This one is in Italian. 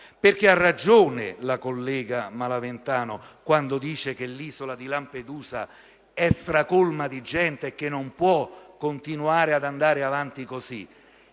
Ha ragione la collega Maraventano quando afferma che l'isola di Lampedusa è stracolma di gente e non può continuare ad andare avanti così.